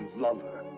love